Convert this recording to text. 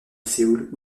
séoul